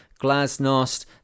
glasnost